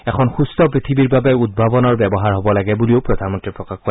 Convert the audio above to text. এখন সুস্থ পৃথিৱীৰ বাবে উদ্ভাৱনৰ ব্যৱহাৰ হ'ব লাগে বুলিও প্ৰধানমন্ত্ৰীয়ে প্ৰকাশ কৰে